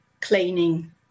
cleaning